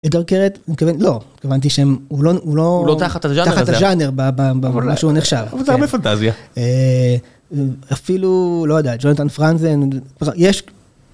אתגר קרת, לא, אני מתכוון, לא, התכוונתי שהם, הוא לא, הוא לא, הוא לא תחת הג'אנר, תחת הג'אנר במה שהוא נחשב, אבל זה הרבה פנטזיה, אפילו, לא יודע, ג'ונתן פרנזן, סליחה, יש...